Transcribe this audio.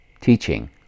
teaching